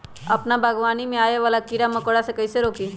अपना बागवानी में आबे वाला किरा मकोरा के कईसे रोकी?